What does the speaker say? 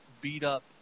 beat-up